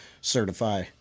certify